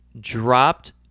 dropped